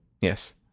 Yes